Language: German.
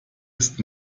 ist